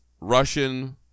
Russian